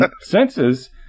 senses